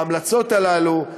בהמלצות הללו,